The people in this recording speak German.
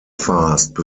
fast